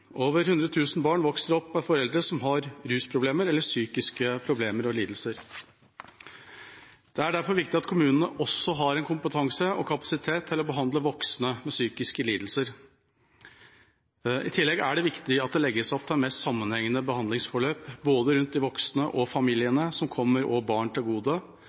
Over 100 000 barn vokser opp med foreldre som har rusproblemer eller psykiske problemer og lidelser. Det er derfor viktig at kommunene også har kompetanse og kapasitet til å behandle voksne med psykiske lidelser. I tillegg er det viktig at det legges opp til mer sammenhengende behandlingsforløp både rundt de voksne og familiene. Det kommer også barn til gode